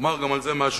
ואומר גם על זה משהו